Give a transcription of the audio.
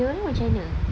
dia nya orang macam mana